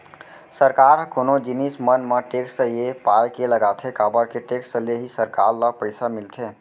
सरकार ह कोनो जिनिस मन म टेक्स ये पाय के लगाथे काबर के टेक्स ले ही सरकार ल पइसा मिलथे